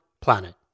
planet